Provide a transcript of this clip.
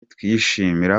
twishimira